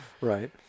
Right